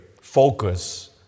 focus